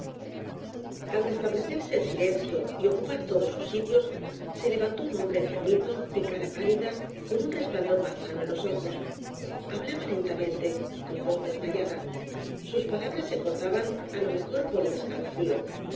al restablecerse el silencio y ocupar todos sus sitios se levantó un hombre enfermizo de cara pálida con un resplandor malsano en los ojos hablaba lentamente con voz desmayada sus palabras se cortaban á lo mejor por un escalofrío